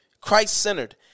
Christ-centered